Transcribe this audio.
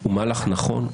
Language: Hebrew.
הוא מהלך נכון,